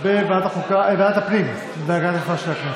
בוועדת הפנים והגנת הסביבה של הכנסת.